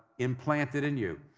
implanted in you.